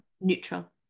neutral